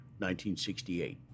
1968